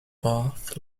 path